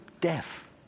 death